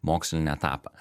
mokslinį etapą